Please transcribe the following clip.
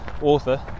author